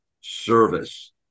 service